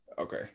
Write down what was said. Okay